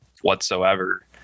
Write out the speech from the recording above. whatsoever